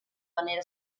manera